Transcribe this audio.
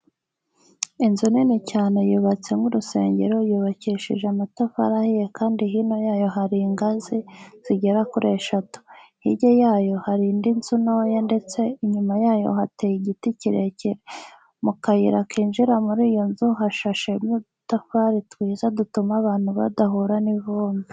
Inzu nini cyane yubatse nk'urusengero yubakishije amatafari ahiye kandi hino yayo hari ingazi zigera kuri eshatu. Hirya yayo hari indi nzu ntoya ndetse inyuma yayo hateye igiti kirekire. Mu kayira kinjira muri iyo nzu hashashemo udutafari twiza dutuma abantu badahura n'ivumbi.